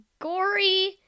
gory